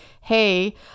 hey